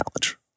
challenge